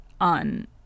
on